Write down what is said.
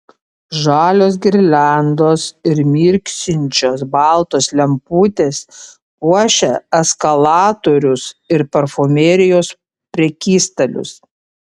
žalios girliandos ir mirksinčios baltos lemputės puošia eskalatorius ir parfumerijos prekystalius